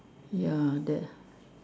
ya that